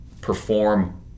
perform